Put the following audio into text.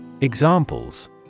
Examples